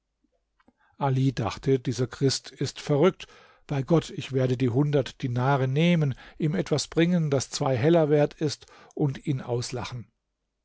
ali dachte dieser christ ist verrückt bei gott ich werde die hundert dinare nehmen ihm etwas bringen das zwei heller wert ist und ihn auslachen